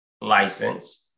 license